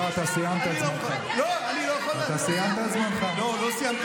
תהיי בשקט.